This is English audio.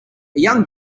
young